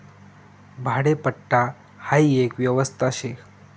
भाडेपट्टा हाई एक व्यवस्था शे